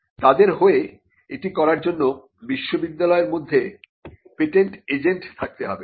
তাদের হয়ে এটি করার জন্য বিশ্ববিদ্যালয়ের মধ্যে পেটেন্ট এজেন্ট থাকতে হবে